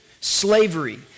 slavery